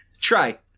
Try